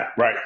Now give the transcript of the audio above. Right